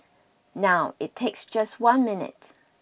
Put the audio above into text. now it takes just one minute